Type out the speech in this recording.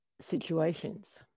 situations